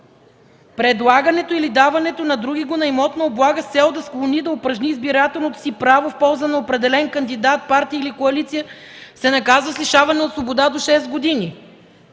предлагането или даването на другиго на имотна облага с цел да склони да упражни избирателното си право в полза на определен кандидат, партия или коалиция, се наказва с лишаване от свобода до 6 години